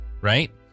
right